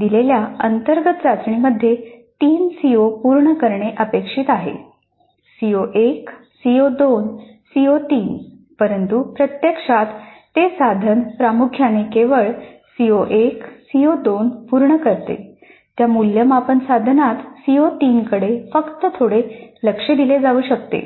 दिलेल्या अंतर्गत चाचणीमध्ये तीन सीओ पूर्ण करणे अपेक्षित आहेः सीओ 1 सीओ 2 सीओ 3 परंतु प्रत्यक्षात ते साधन प्रामुख्याने केवळ सीओ 1 आणि सीओ 2 पूर्ण करते त्या मूल्यमापन साधनात सीओ 3 कडे फक्त थोडे लक्ष दिले जाऊ शकते